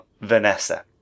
Vanessa